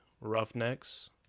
roughnecks